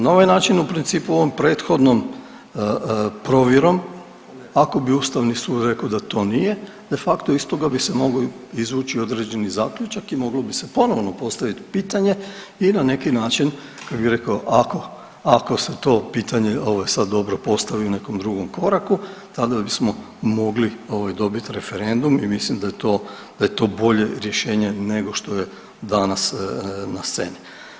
Na ovaj način u principu ovom prethodnom provjerom ako bi ustavni sud rekao da to nije de facto iz toga bi se mogao izvući određeni zaključak i moglo bi se ponovno postavit pitanje i na neki način, kako bi rekao, ako, ako se to pitanje ovaj sad dobro postavi u nekom drugom koraku tada bismo mogli ovaj dobit referendum i mislim da je to, da je to bolje rješenje nego što je danas na sceni.